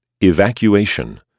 Evacuation